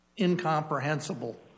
incomprehensible